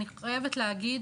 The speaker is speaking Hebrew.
אני חייבת להגיד,